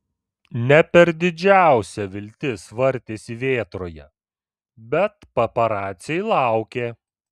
ne per didžiausia viltis vartėsi vėtroje bet paparaciai laukė